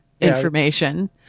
information